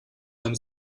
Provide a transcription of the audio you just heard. beim